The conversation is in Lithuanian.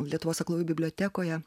lietuvos aklųjų bibliotekoje